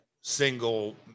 single